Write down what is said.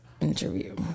interview